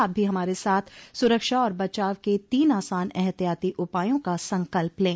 आप भी हमारे साथ सुरक्षा और बचाव के तीन आसान एहतियाती उपायों का संकल्प लें